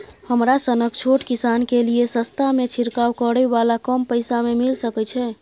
हमरा सनक छोट किसान के लिए सस्ता में छिरकाव करै वाला कम पैसा में मिल सकै छै?